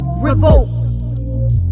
Revolt